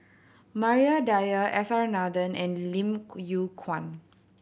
Maria Dyer S R Nathan and Lim Yew Kuan